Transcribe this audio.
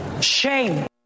Shame